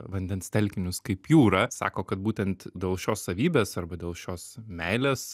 vandens telkinius kaip jūrą sako kad būtent dėl šios savybės arba dėl šios meilės